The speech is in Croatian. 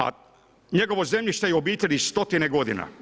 A njegovo zemljište je u obitelji stotine godina.